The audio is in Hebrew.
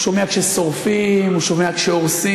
הוא שומע כששורפים, הוא שומע כשהורסים.